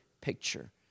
picture